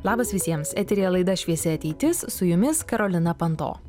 labas visiems eteryje laida šviesi ateitis su jumis karolina panto